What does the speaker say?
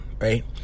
right